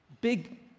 Big